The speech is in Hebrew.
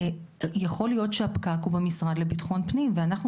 יכול להיות שהפקק הוא במשרד לביטחון פנים ואנחנו